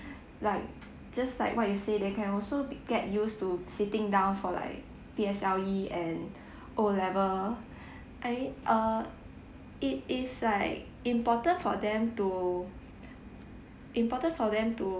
like just like what you say they can also be get used to sitting down for like P_S_L_E and O level I mean uh it is like important for them to important for them to